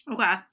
okay